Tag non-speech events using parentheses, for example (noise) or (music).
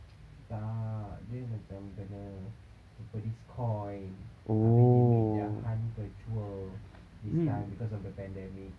(noise) tak dia macam kena jumpa this coin abeh they made the hunt virtual this time because of the pandemic